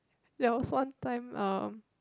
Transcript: there was one time uh